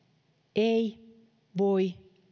ei voi